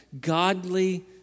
godly